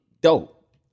dope